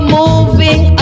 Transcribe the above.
moving